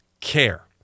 care